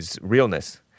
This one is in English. realness